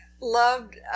loved